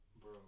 bro